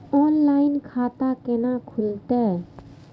Online खाता केना खुलते?